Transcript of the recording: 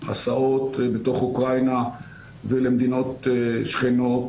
הסעות בתוך אוקראינה ולמדינות שכנות.